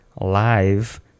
live